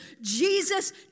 Jesus